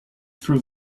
through